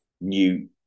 new